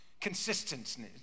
consistency